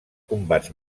combats